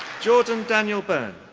jordan daniel byrne.